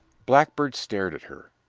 blackbeard stared at her.